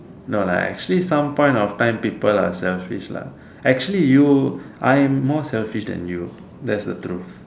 no lah actually some point of time people are selfish lah actually you I am more selfish than you that's the truth